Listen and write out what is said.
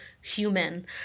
human